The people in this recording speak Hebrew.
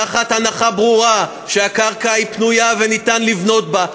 תחת הנחה ברורה שהקרקע פנויה ואפשר לבנות בה,